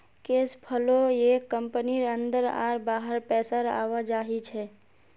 cash flow एक कंपनीर अंदर आर बाहर पैसार आवाजाही छे